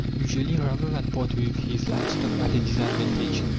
usually, rather than part with his livestock at a disadvantage,